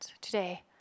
today